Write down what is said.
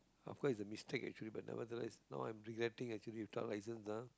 of course is a mistake actually but nevertheless now I'm regretting actually without licence ah